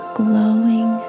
glowing